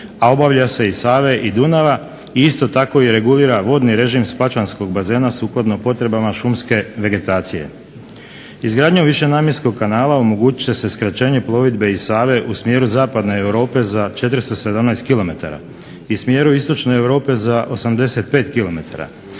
a obavlja se i Save i Dunava i isto tako i regulira vodni režim spačvanskog bazena sukladno potrebama šumske vegetacije. Izgradnjom višenamjenskog kanala omogućit će se skraćenje plovidbe iz Save u smjeru zapadne Europe za 417 kilometara, i smjeru istočne Europe za 85